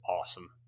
awesome